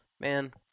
man